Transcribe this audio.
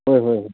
ꯍꯣꯏ ꯍꯣꯏ ꯍꯣꯏ